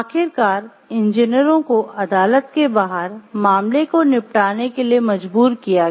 आखिरकार इंजीनियरों को अदालत के बाहर मामले को निपटाने के लिए मजबूर किया गया